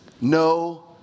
no